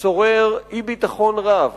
שורר אי-ביטחון רב